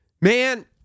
man